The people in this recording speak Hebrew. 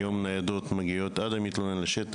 היום, ניידת משטרה מגיעה עד לשטח,